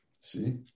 See